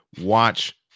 watch